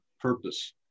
purpose